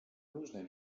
różne